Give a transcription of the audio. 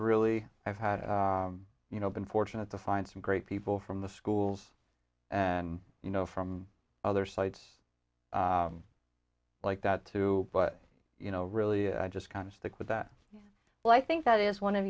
really i've had you know been fortunate to find some great people from the schools you know from other sites like that too but you know really i just kind of stick with that well i think that is one of